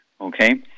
okay